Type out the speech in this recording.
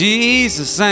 Jesus